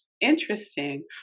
interesting